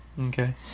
okay